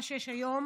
מה שיש היום